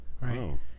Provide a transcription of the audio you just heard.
Right